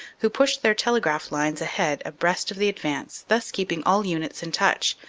who pushed their telegraph lines ahead abreast of the advance, thus keeping all units in touch,